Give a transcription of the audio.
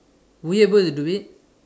were you able to do it